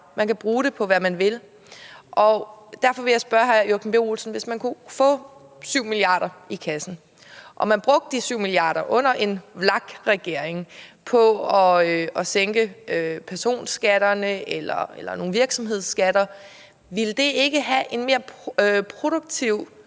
Man kan bruge det på, hvad man vil. Derfor vil jeg spørge hr. Joachim B. Olsen: Hvis man kunne få 7 mia. kr. i kassen og man under en VLAK-regering brugte de 7 mia. kr. på at sænke personskatterne eller nogle virksomhedsskatter, ville det så ikke have en mere produktiv